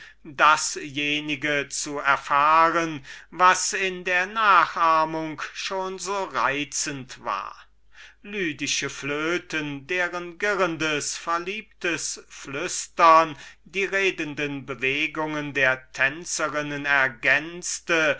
dasjenige zu erfahren was in der nachahmung schon so reizend war lydische flöten deren girrendes verliebtes flüstern die redenden bewegungen der tänzerinnen ergänzte